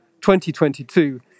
2022